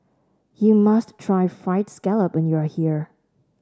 you must try fried scallop when you are here